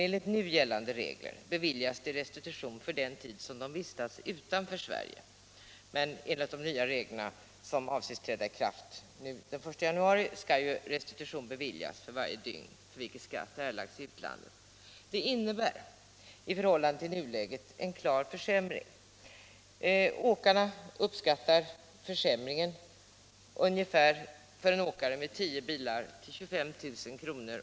Enligt nu gällande regler beviljas restitution för den tid som fordon är utanför Sverige, men enligt de nya regler som avses träda i kraft den 1 januari 1977 skall restitution beviljas för varje dygn för vilket skatt erlagts i utlandet. Det innebär i förhållande till nuläget en klar försämring. Åkarna uppskattar försämringen för en åkare med tio bilar till ungefär 25 000 kr.